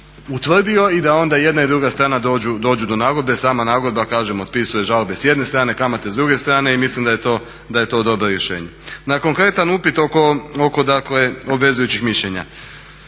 utvrdio i da onda jedna i druga strana dođu do nagodbe. A sama nagodba otpisuje žalbe s jedne strane, kamate s druge strane i mislim da je to dobro rješenje. Na konkretan upit oko obvezujućih mišljenja,